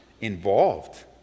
involved